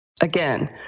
Again